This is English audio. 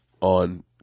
on